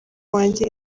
wanjye